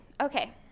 Okay